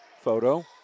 Photo